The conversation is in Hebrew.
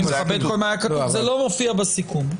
זה לא מופיע בסיכום.